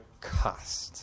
cost